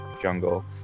jungle